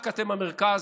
רק אתם במרכז.